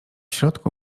środku